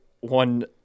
one